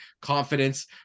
confidence